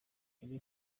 eddy